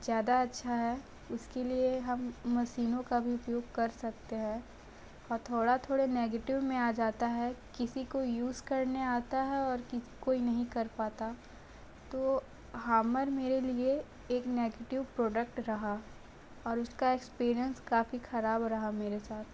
ज़्यादा अच्छा है उसके लिए हम मशीनों का भी उपयोग कर सकते है हथौड़ा थोड़े नेगेटिव में आ जाता है किसी को यूज़ करने आता है और किसी कोई नहीं कर पाता तो हामर मेरे लिए एक नेगेटिव प्रोडक्ट रहा और उसका एक्सपीरियंस काफ़ी खराब रहा मेरे साथ